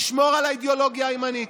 נשמור על האידיאולוגיה הימנית,